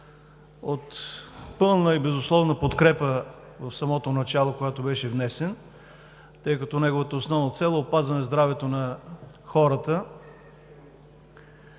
от пълна и безусловна подкрепа в самото начало, когато беше внесен, тъй като неговата основна цел е опазване здравето на хората,